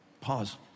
pause